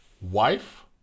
wife